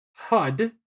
HUD